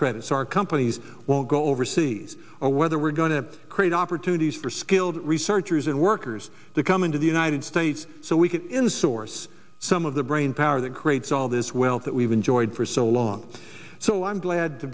credit so our companies won't go overseas or whether we're going to create opportunities for skilled researchers and workers to come into the united states so we can in source some of the brainpower that creates all this wealth that we've enjoyed for so long so i'm glad to